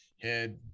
head